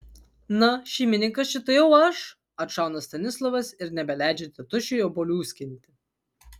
na šeimininkas čia tai jau aš atšauna stanislovas ir nebeleidžia tėtušiui obuolių skinti